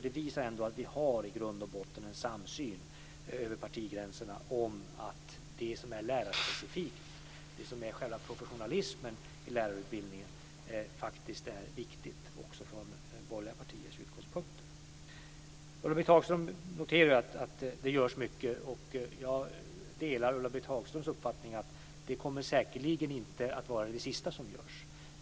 Det visar ändå att vi i grund och botten har en samsyn över partigränserna om att det som är lärarspecifikt, det som är själva professionalismen i lärarutbildningen, är viktigt också från borgerliga partiers utgångspunkter. Ulla-Britt Hagström noterade att det görs mycket. Jag delar Ulla-Britt Hagströms uppfattning att det säkerligen inte kommer att vara det sista som görs.